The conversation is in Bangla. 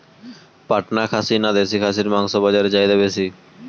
পাটনা খাসি না দেশী খাসির মাংস বাজারে চাহিদা বেশি?